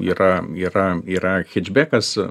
yra yra yra hečbekas